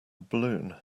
balloon